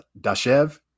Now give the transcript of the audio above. Dashev